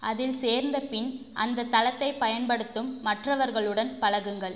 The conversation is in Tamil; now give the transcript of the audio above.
அதில் சேர்ந்த பின் அந்தத் தளத்தைப் பயன்படுத்தும் மற்றவர்களுடன் பழகுங்கள்